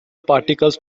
particles